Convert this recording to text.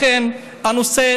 לכן הנושא,